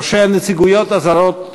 ראשי הנציגויות הזרות,